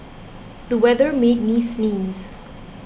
the weather made me sneeze